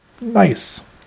Nice